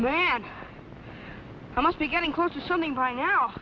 mad i must be getting close to something by now